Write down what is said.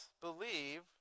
believe